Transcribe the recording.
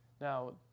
Now